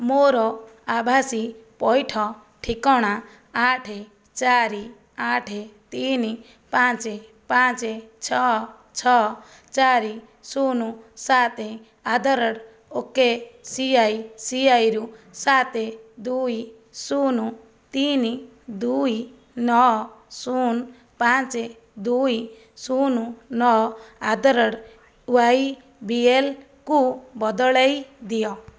ମୋର ଆଭାସୀ ପଇଠ ଠିକଣା ଆଠେ ଚାରି ଆଠେ ତିନି ପାଞ୍ଚେ ପାଞ୍ଚେ ଛଅ ଛଅ ଚାରି ଶୂନ ସାତେ at the rate O K ସିଆଇସିଆଇରୁ ସାତେ ଦୁଇ ଶୂନ ତିନି ଦୁଇ ନଅ ଶୂନ ପାଞ୍ଚେ ଦୁଇ ଶୂନ ନଅ ଆଟ୍ ଦ ରେଟ୍ ୱାଇବିଏଲ୍କୁ ବଦଳାଇ ଦିଅ